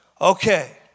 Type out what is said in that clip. Okay